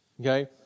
Okay